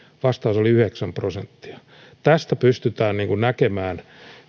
vastaus oli yhdeksän prosenttia tästä pystytään näkemään